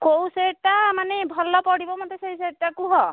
କେଉଁ ସେଟ୍ ଟା ମାନେ ଭଲ ପଡ଼ିବ ମୋତେ ସେହି ସେଟ୍ ଟା କୁହ